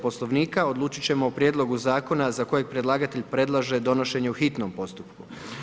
Poslovnika, odučiti ćemo o prijedlogu zakona za kojeg predlagatelj predlaže donešenje u hitnom postupku.